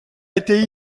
été